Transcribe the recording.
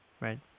right